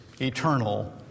eternal